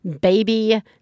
baby